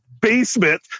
Basement